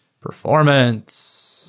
Performance